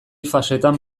fasetan